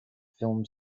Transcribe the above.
film